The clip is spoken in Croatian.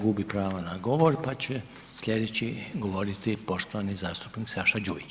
Gubi pravo na govor, pa će sljedeći govoriti poštovani zastupnik Saša Đujić.